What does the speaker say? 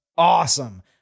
Awesome